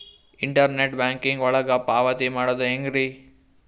Internet banking ಒಳಗ ಪಾವತಿ ಮಾಡೋದು ಹೆಂಗ್ರಿ?